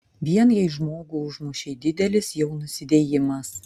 vien jei žmogų užmušei didelis jau nusidėjimas